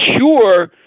sure